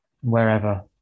wherever